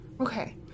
Okay